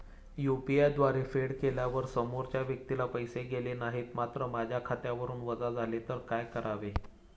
UPI द्वारे फेड केल्यावर समोरच्या व्यक्तीला पैसे गेले नाहीत मात्र माझ्या खात्यावरून वजा झाले तर काय करावे?